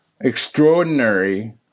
extraordinary